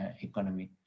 economy